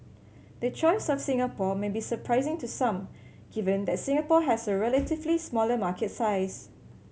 the choice of Singapore may be surprising to some given that Singapore has a relatively smaller market size